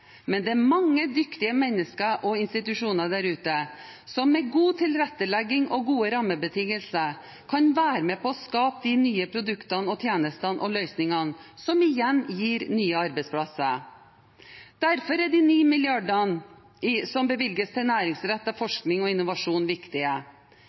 Men det er mange dyktige mennesker og institusjoner der ute som med god tilrettelegging og gode rammebetingelser kan være med på å skape de nye produktene, tjenestene og løsningene som igjen gir nye arbeidsplasser. Derfor er de 9 mrd. kr som bevilges til